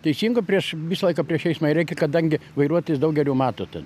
teisinga prieš visą laiką prieš eismą ir reikia kadangi vairuotojus daug geriau mato tada